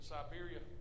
Siberia